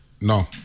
No